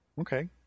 Okay